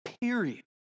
Period